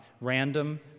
random